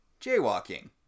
jaywalking